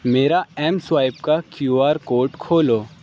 میرا M swipe کا Q R code کھولو